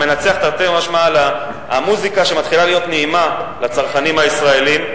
המנצח תרתי משמע על המוזיקה שמתחילה להיות נעימה לצרכנים הישראלים,